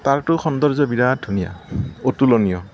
তাৰতো সৌন্দৰ্য বিৰাট ধুনীয়া অতুলনীয়